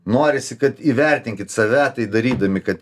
norisi kad įvertinkit save tai darydami kad